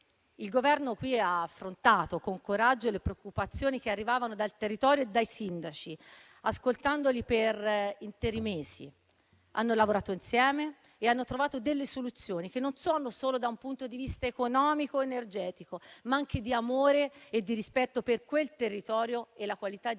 Il Governo qui ha affrontato, con coraggio, le preoccupazioni che arrivavano dal territorio e dai sindaci, ascoltandoli per interi mesi. Hanno lavorato insieme e hanno trovato soluzioni, non solo da un punto di vista economico ed energetico, ma anche di amore e di rispetto per il territorio e la qualità